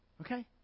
Okay